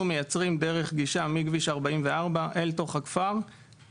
מייצרים דרך גישה מכביש 44 אל תוך הכפר.